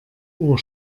uhr